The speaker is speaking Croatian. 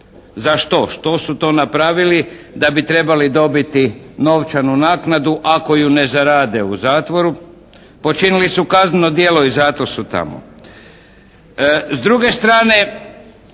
Za što? Što su to napravili da bi trebali dobiti novčanu naknadu ako ju ne zarade u zatvoru? Počinili su kazneno djelo i zato su tamo.